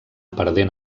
perdent